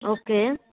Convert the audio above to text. okay